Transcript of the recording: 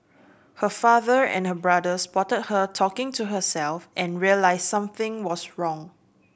her father and her brother spotted her talking to herself and realised something was wrong